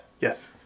Yes